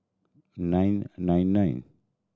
nine nine nine